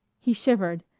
he shivered,